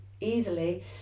easily